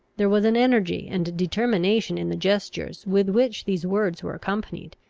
there was an energy and determination in the gestures with which these words were accompanied,